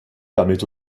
permet